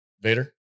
Vader